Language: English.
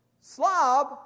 slob